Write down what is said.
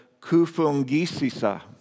kufungisisa